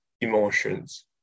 emotions